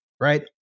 right